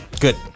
Good